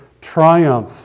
triumph